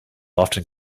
often